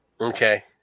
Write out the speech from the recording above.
Okay